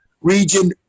region